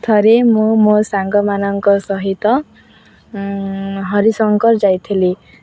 ଥରେ ମୁଁ ମୋ ସାଙ୍ଗମାନଙ୍କ ସହିତ ହରିଶଙ୍କର ଯାଇଥିଲି